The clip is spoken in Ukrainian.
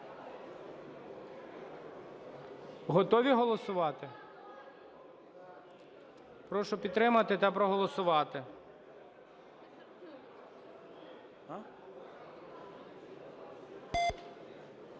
Готові голосувати? Прошу підтримати та проголосувати.